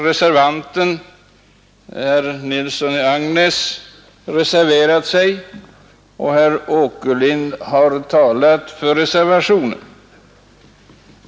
Herr Nilsson i Agnäs har reserverat sig i utskottet och herr Åkerlind har här talat för reservationen.